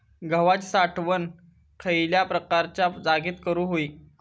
गव्हाची साठवण खयल्या प्रकारच्या जागेत करू होई?